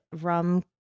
rum